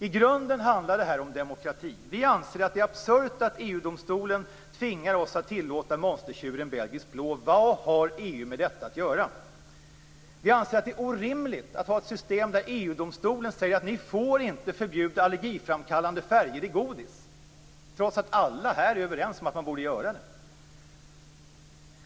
I grunden handlar det här om demokrati. Vi anser att det är absurt att EU-domstolen tvingar oss att tillåta mastertjuren belgisk blå. Vad har EU med detta att göra? Vi anser att det är orimligt att ha ett system där EG-domstolen säger att vi inte får förbjuda allergiframkallande färger i godis, trots att alla här är överens om att man borde göra det.